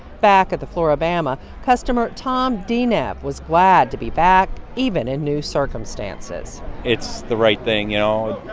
back at the flora-bama, customer tom denev was glad to be back, even in new circumstances it's the right thing, you know?